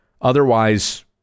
Otherwise